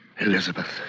Elizabeth